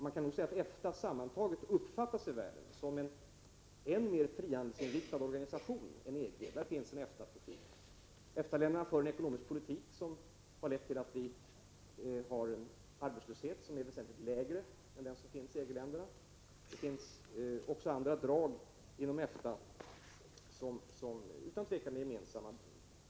Man kan nog säga att EFTA sammantaget uppfattas i världen som en än mer frihandelsinriktad organisation än EG -— där finns det en EFTA-profil. EFTA-länderna för en ekonomisk politik som har lett till en väsentligt lägre arbetslöshet i EFTA-länderna än den som finns i EG-länderna. Det finns också andra drag inom EFTA som utan tvivel är gemensamma.